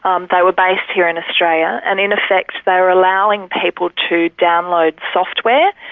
um they were based here in australia and in effect they were allowing people to download software,